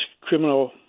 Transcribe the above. criminal